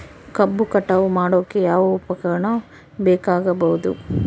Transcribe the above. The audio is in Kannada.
ಕಬ್ಬು ಕಟಾವು ಮಾಡೋಕೆ ಯಾವ ಉಪಕರಣ ಬೇಕಾಗಬಹುದು?